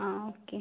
ആ ഓക്കെ